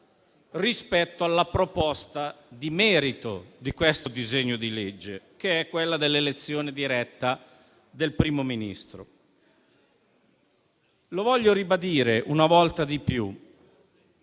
rispetto alla proposta di merito del disegno di legge in esame, che è quella dell'elezione diretta del Primo ministro. Vorrei ribadire una volta di più